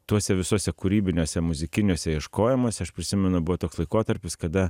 tuose visuose kūrybiniuose muzikiniuose ieškojimuose aš prisimenu buvo toks laikotarpis kada